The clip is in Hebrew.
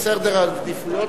בסדר העדיפויות,